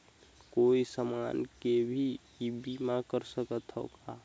कोई समान के भी बीमा कर सकथव का?